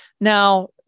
Now